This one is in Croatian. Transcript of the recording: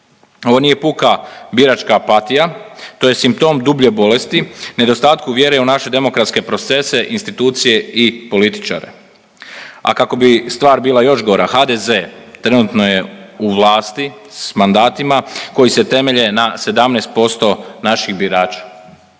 Ovo je puka biračka apatija, to je simptom dublje bolesti nedostatku vjere u naše demokratske procese, institucije i političare. A kako bi stvar bila još gora HDZ trenutno je u vlasti s mandatima koji se temelje na 17% naših birača.